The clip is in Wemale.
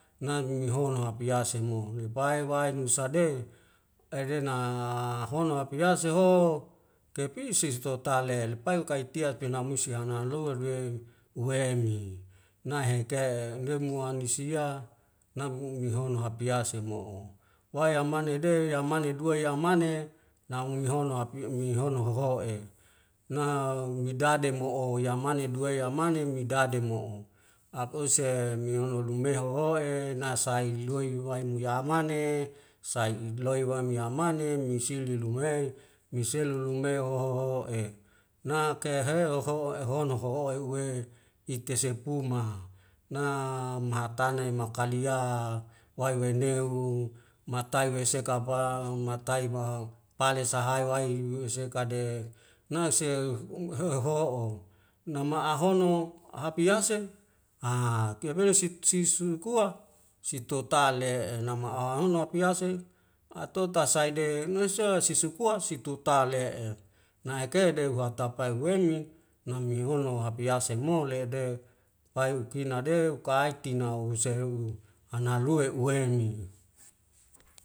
Na niniholo apeyase mo lepai wai musa de aedena hono apiyase ho kepisis totale pai kai tiak pena misi hano halo wei uwemi nahengke neamua misia naghug mihono hapiase mo'o waya mane de yamane dua yamane nau nihono api'mihono hoho'e na ngidade mo'o yamane dua yamane midade mo'o akus'e miun undube hohoe nasaililui wain muyamane sain ibloin wamihamane misil didung le miselu lume hoho'e na kea he hoho'e hono hoho uwe iti seapuma na mahatanai ma kalia wai weineu matai wesekapa matai mau pale sahai wai yuyu sekade nase u hoho'o nama ahuno hapiase a tiap mele sit sit su kua sitotale'e nama ahono piase atota sait de nesa sisukua si totale'e naike de waktapail welmi namiwono hapiase mo le de wai ukina de ukait tina humsehu hanalue uwemi